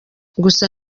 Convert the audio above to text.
gusa